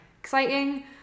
exciting